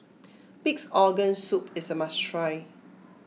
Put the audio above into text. Pig's Organ Soup is a must try